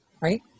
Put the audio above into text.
Right